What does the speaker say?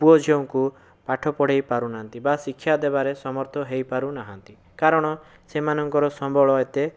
ପୁଅ ଝିଅଙ୍କୁ ପାଠ ପଢ଼ାଇ ପାରୁନାହାନ୍ତି ବା ଶିକ୍ଷା ଦେବାରେ ସମର୍ଥ ହୋଇପାରୁ ନାହାନ୍ତି କାରଣ ସେମାନଙ୍କର ସମ୍ବଳ ଏତେ